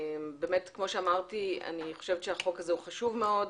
כמו שאמרתי, אני חושבת שהחוק הזה הוא חשוב מאוד,